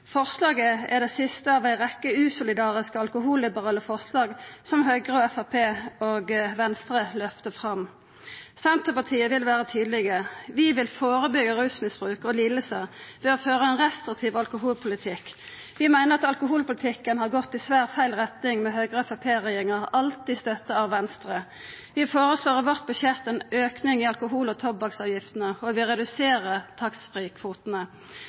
Forslaget er det siste i ei rekkje usolidariske alkoholliberale forslag som Høgre, Framstegspartiet og Venstre løftar fram. Senterpartiet vil vera tydeleg: Vi vil førebyggja rusmisbruk og lidingar ved å føra ein restriktiv alkoholpolitikk. Vi meiner at alkoholpolitikken har gått i svært feil retning med Høgre–Framstegsparti-regjeringa – alltid støtta av Venstre. Vi føreslår i vårt budsjett ein auke i alkohol- og tobakksavgiftene, og vi reduserer